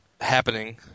happening